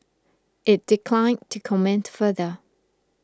it declined to comment further